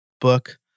book